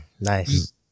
Nice